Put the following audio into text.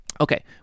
Okay